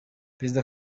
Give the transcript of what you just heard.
perezida